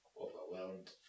overwhelmed